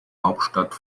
hauptstadt